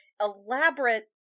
elaborate